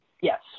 Yes